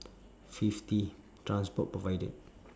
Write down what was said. fifty transport provided